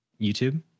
YouTube